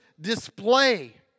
display